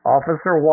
Officer